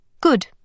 Good